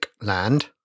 land